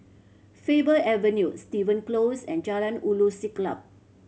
Faber Avenue Steven Close and Jalan Ulu Siglap